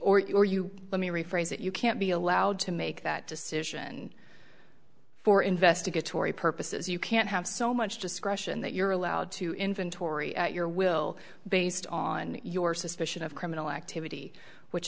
or you let me rephrase it you can't be allowed to make that decision for investigatory purposes you can't have so much discretion that you're allowed to inventory your will based on your suspicion of criminal activity which